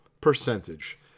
percentage